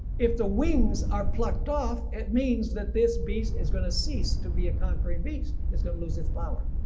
if the wings are plucked off it means that this beast is going to cease to be a conquering beast, is going to lose its power.